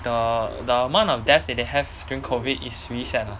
the the amount of deaths they have during COVID is really sad lah